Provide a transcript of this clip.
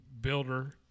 builder